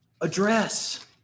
address